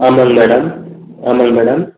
ஆமாங்க மேடம் ஆமாங்க மேடம்